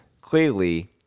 clearly